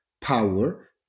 power